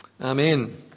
Amen